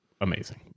amazing